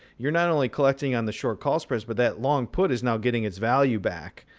you're not only collecting on the short call spreads, but that long put is now getting its value back.